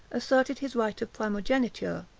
asserted his right of primogeniture.